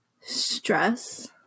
Stress